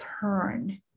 turn